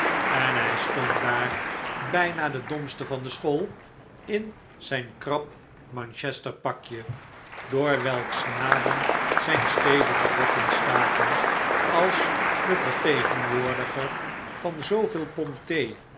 en hij stond daar bijna de domste van de school in zijn krap manchester pakje door welks naden zijn stevige botten staken als de vertegenwoordiger van zooveel pond